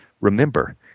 Remember